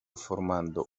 formando